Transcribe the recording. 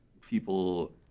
people